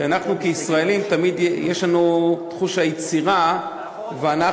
כי אנחנו כישראלים תמיד יש לנו את חוש היצירה ואנחנו,